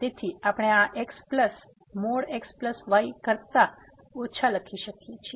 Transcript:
તેથી આપણે આ x પ્લસ xy કરતા ઓછા લખી શકીએ છીએ